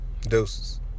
deuces